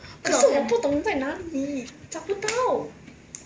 可是我不懂在哪里找不到